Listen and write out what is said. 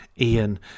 Ian